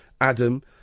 Adam